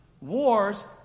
wars